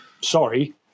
sorry